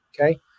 Okay